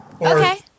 Okay